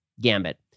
gambit